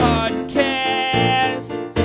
Podcast